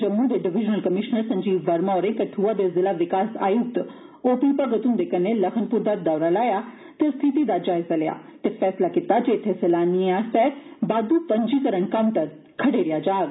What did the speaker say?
जम्मू दे divisional commissioner Sanjeev Verma होरें कठुआ दे जिला विकास आयुक्त ओ पी भगत हन्दे कन्नै लखनपुर दा दौरा लाया ते स्थिति दा जायज़ा लैता ते फैसला कीता जे इत्थै सैलानिएं आस्तै बाद्द् पंजीकरण काउंटर खडेरेआ जाग